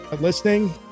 listening